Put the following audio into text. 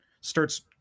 starts